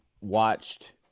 watched